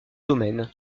domaine